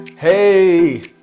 hey